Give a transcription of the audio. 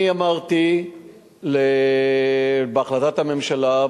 אני אמרתי בהחלטת הממשלה,